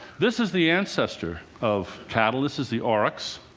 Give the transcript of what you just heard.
this is the ancestor of cattle. this is the aurochs.